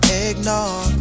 eggnog